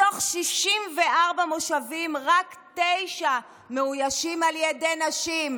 מתוך 64 מושבים, רק תשעה מאוישים על ידי נשים.